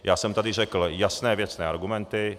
Já jsem tady řekl jasné, věcné argumenty.